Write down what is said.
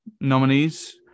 nominees